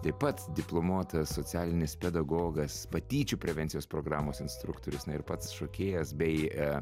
taip pat diplomuotas socialinis pedagogas patyčių prevencijos programos instruktorius na ir pats šokėjas bei